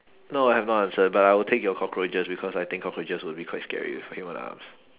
no I have not answered but I will take your cockroaches because I think cockroaches will be quite scary with human arms